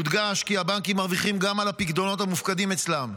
יודגש כי הבנקים מרוויחים גם על הפיקדונות המופקדים אצלם,